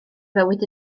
fywyd